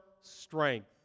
strength